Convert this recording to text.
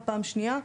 בפעם שנייה,